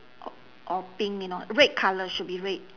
or or pink if not red colour should be red